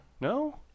No